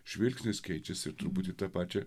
žvilgsnis keičiasi turbūt į tą pačią